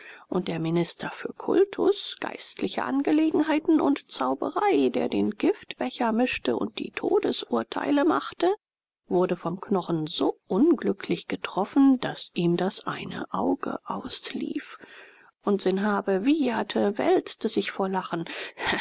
und der minister für kultus geistliche angelegenheiten und zauberei der den giftbecher mischte und die gottesurteile machte wurde vom knochen so unglücklich getroffen daß ihm das eine auge auslief und sanhabe wieherte wälzte sich vor lachen